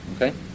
okay